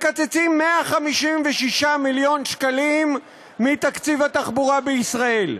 מקצצים 156 מיליון שקלים מתקציב התחבורה בישראל.